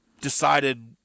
decided